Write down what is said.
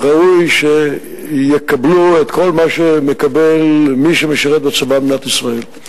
ראוי שיקבלו את כל מה שמקבל מי שמשרת בצבא במדינת ישראל.